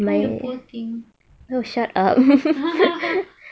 !aiyo! poor thing